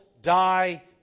die